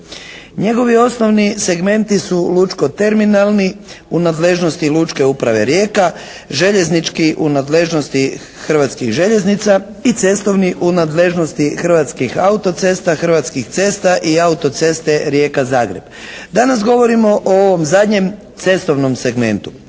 Njegovi osnovni segmenti su lučno terminalni u nadležnosti Lučke uprave Rijeka, željeznički u nadležnosti Hrvatskih željeznica i cestovni u nadležnosti Hrvatskih autocesta, Hrvatskih cesta i autoceste Rijeka-Zagreb. Danas govorimo o ovom zadnjem cestovnom segmentu.